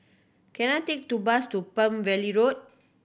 can I take to bus to Palm Valley Road